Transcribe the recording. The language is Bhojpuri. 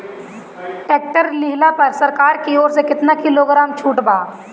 टैक्टर लिहला पर सरकार की ओर से केतना किलोग्राम छूट बा?